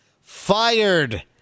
fired